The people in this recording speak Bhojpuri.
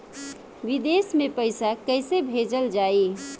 विदेश में पईसा कैसे भेजल जाई?